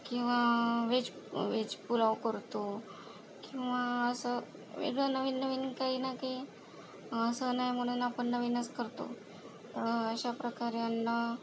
किंवा veg veg pulao करतो किंवा असं वेगळं नवीन नवीन काही ना कही सण आहे म्हणून आपण नवीनच करतो अशाप्रकारानं